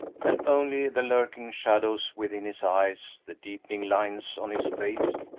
and only the lurking shadows within his eyes, the deepening lines on his face,